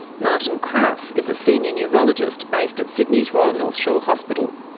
martin krause is a senior neurologist based at sydney's royal north shore hospital.